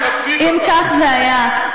אם כך זה היה,